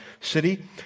city